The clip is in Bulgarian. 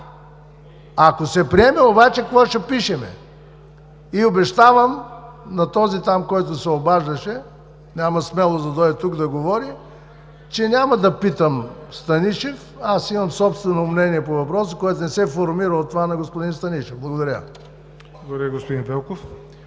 Ако се приеме обаче, какво ще пишем? Обещавам на този там, който се обаждаше, няма смелост до дойде тук да говори, че няма да питам Станишев, аз имам собствено мнение по въпроса, което не се формира от това на господин Станишев. Благодаря. ПРЕДСЕДАТЕЛ ЯВОР НОТЕВ: Благодаря, господин Велков.